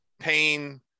pain